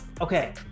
Okay